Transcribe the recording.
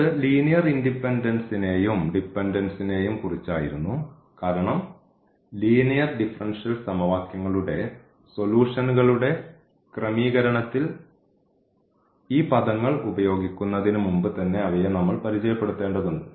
ഇത് ലീനിയർ ഇൻഡിപെൻഡൻസ്നെയും ഡിപെൻഡൻസ്നെയും കുറിച്ചായിരുന്നു കാരണം ലീനിയർ ഡിഫറൻഷ്യൽ സമവാക്യങ്ങളുടെ സൊലൂഷന്കളുടെ ക്രമീകരണത്തിൽ ഈ പദങ്ങൾ ഉപയോഗിക്കുന്നതിന് മുമ്പ്തന്നെ അവയെ നമ്മൾ പരിചയപ്പെടുത്തേണ്ടതുണ്ട്